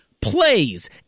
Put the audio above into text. plays